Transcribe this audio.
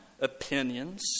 opinions